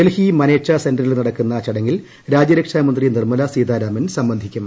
ഡൽഹി മനേക്ഷാ സെന്ററിൽ നടക്കുന്ന ചടങ്ങിൽ രാജ്യരക്ഷാമന്ത്രി നിർമ്മലാ സീതാരാമുൻ സംബന്ധിക്കും